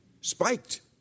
spiked